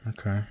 Okay